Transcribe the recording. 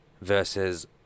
versus